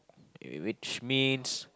in which means